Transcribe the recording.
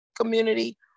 community